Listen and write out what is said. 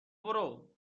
برو